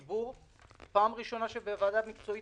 לשתף בפרטים וכמובן בוועדה עצמה,